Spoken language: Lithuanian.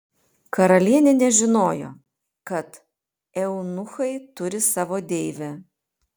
karalienė nežinojo kad eunuchai turi savo deivę